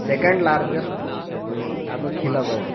second largest ಅದು ಕಿಲಾದ ಅದು